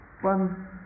one